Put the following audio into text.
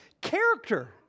character